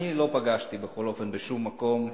אני לא פגשתי, בכל אופן, בשום מקום,